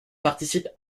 participe